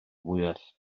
fwyell